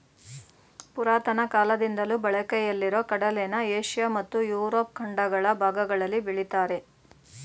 ಪುರಾತನ ಕಾಲದಿಂದಲೂ ಬಳಕೆಯಲ್ಲಿರೊ ಕಡಲೆನ ಏಷ್ಯ ಮತ್ತು ಯುರೋಪ್ ಖಂಡಗಳ ಭಾಗಗಳಲ್ಲಿ ಬೆಳಿತಾರೆ